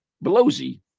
blowsy